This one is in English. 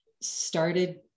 started